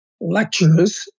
lectures